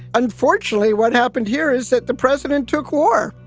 unfortunately, what happened here is that the president took war.